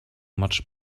much